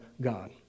God